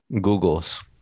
Google's